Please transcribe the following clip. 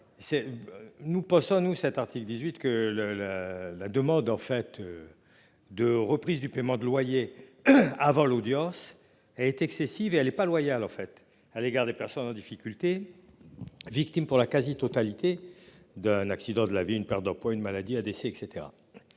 Nous pensons-nous cet article 18 que le la la demande en fait. De reprise du paiement de loyer. Avant l'audience a est excessive et elle est pas loyal en fait à l'égard des personnes en difficulté. Victime pour la quasi-totalité d'un accident de la vie, une perte d'emploi, une maladie et etc.